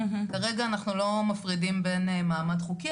כרגע אנחנו לא מפרידים בין מעמד חוקי,